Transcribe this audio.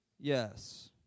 Yes